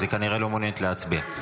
אז היא כנראה לא מעוניינת להצביע.